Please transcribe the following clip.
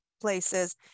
places